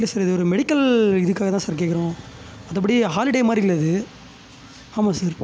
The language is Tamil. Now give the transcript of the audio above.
இல்லை சார் இது ஒரு மெடிக்கல் இதுக்காக தான் சார் கேக்கிறோம் மற்றபடி ஹாலிடே மாதிரி இல்லை இது ஆமாம் சார்